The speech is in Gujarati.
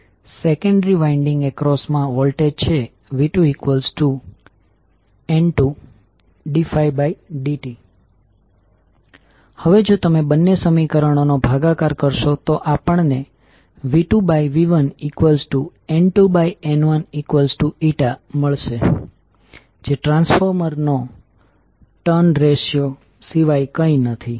અહીં તમે ડોટથી બહાર નીકળી રહ્યા છે અને ડોટ પર વોલ્ટેજની પોલેરિટી નેગેટિવ છે તેનો અર્થ એ કે તમારું મ્યુચ્યુઅલ ઇન્ડ્યુસડ Mdi2dt હશે જે પોઝિટિવ છે